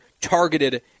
targeted